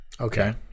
okay